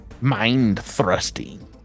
Mind-thrusting